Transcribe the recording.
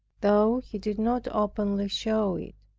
though he did not openly show it,